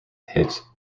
hit